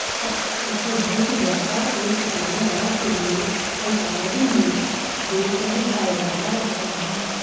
प्रतिभूति व्यापार एक इकाई लाभ के लिए अल्पावधि में बेचने का इरादा रखती है